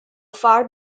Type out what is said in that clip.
far